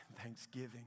thanksgiving